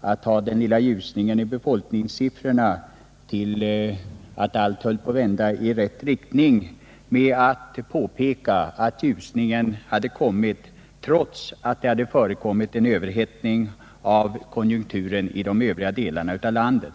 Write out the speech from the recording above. att ta den lilla ljusningen i befolkningssiffrorna som ett tecken på att allt håller på att vända och att utvecklingen börjar gå i rätt riktning. Han påpekade att ljusningen inträffat trots att det hade förekommit en överhettning av konjunkturerna i de övriga delarna av landet.